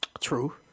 true